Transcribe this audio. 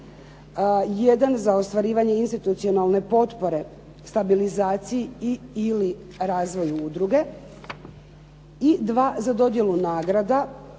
za ostvarivanje institucionalne potpore stabilizaciji i/ili razvoju udruge i dva za dodjelu nagrada,